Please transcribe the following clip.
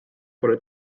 pole